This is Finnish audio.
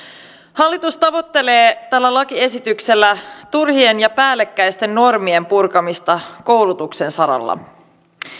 hallitus tavoittelee tällä lakiesityksellä turhien ja päällekkäisten normien purkamista koulutuksen saralla